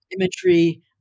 imagery